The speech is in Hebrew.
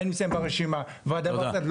האם הם ברשימה והדבר הזה,